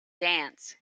dance